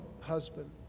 husband